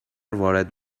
وارد